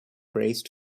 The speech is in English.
phrase